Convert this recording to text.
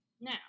now